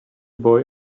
boy